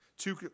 Two